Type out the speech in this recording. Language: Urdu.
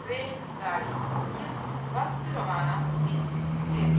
ریل گاڑی کس وقت روانہ ہوتی ہے